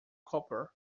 copper